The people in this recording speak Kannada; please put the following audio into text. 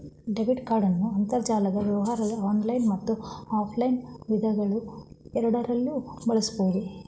ಡೆಬಿಟ್ ಕಾರ್ಡನ್ನು ಅಂತರ್ಜಾಲದ ವ್ಯವಹಾರ ಆನ್ಲೈನ್ ಮತ್ತು ಆಫ್ಲೈನ್ ವಿಧಾನಗಳುಎರಡರಲ್ಲೂ ಬಳಸಬಹುದು